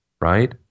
right